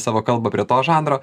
savo kalbą prie to žanro